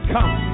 Come